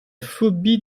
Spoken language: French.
phobie